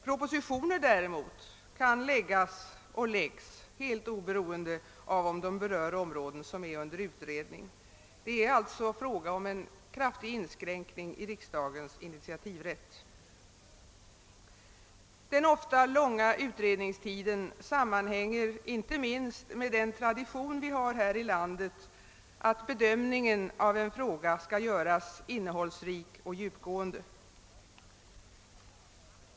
Propositioner däremot kan framläggas, och framläggs, helt oberoende av huruvida de berör områden som är under utredning eller inte. Det är alltså här fråga om en kraftig inskränkning i riksdagens initiativrätt. .. Den ofta långa utredningstiden sam manhänger inte minst med den tradition vi har här i landet, att bedömningen av en fråga skall göras innehållsrik och djupgående.